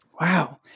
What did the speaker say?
wow